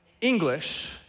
English